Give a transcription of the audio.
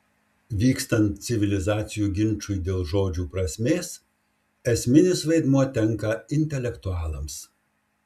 vykstant civilizacijų ginčui dėl žodžių prasmės esminis vaidmuo tenka intelektualams